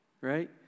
right